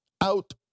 out